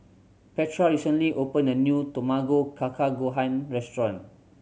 Petra recently opened a new Tamago Kake Gohan restaurant